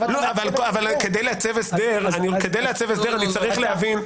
כדי לעצב הסדר אני צריך להבין.